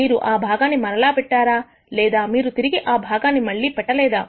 మీరు ఆ భాగాన్ని మరల పెట్టారా లేదా మీరు తిరిగి ఆ భాగాన్ని మళ్లీ పెట్టలేదా